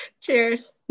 Cheers